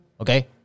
okay